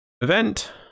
event